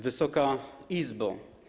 Wysoka Izbo!